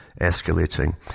escalating